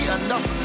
enough